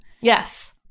Yes